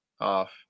off